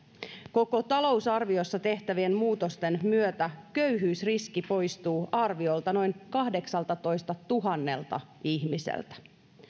koko talousarviossa tehtävien muutosten myötä köyhyysriski poistuu arviolta noin kahdeksaltatoistatuhannelta ihmiseltä